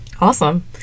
Awesome